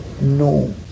No